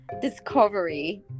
discovery